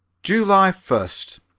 july first.